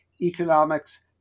economics